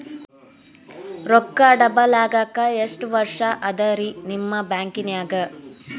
ರೊಕ್ಕ ಡಬಲ್ ಆಗಾಕ ಎಷ್ಟ ವರ್ಷಾ ಅದ ರಿ ನಿಮ್ಮ ಬ್ಯಾಂಕಿನ್ಯಾಗ?